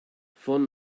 von